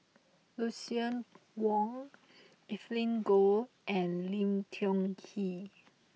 Lucien Wang Evelyn Goh and Lim Tiong Ghee